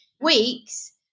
weeks